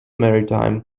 maritime